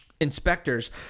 Inspectors